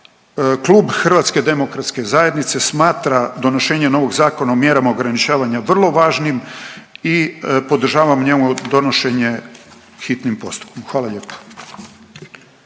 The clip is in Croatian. Klub HDZ-a smatra donošenje novog Zakona o mjerama ograničavanja vrlo važnim i podržavam njegovo donošenje u hitnom postupku, hvala lijepo.